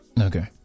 Okay